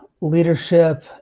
leadership